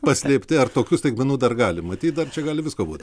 paslėpti ar tokių staigmenų dar gali matyt dar čia gali visko būt